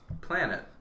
planet